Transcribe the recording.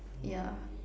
yeah